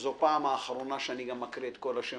זו הפעם האחרונה שאני גם מקריא את כל השמות.